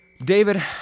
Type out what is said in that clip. David